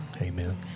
Amen